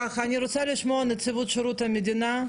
אני רוצה לשמוע את נציבות שירות המדינה,